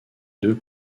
deux